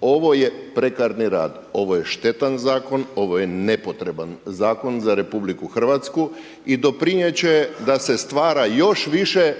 Ovo je prekarni rad, ovo je štetan zakon, ovo je nepotreban zakon za RH i doprinijeti će da se stvara još više